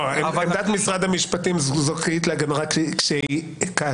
עמדת משרד המשפטים זכאית להגן רק כאשר